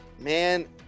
Man